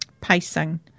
Pacing